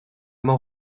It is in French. m’en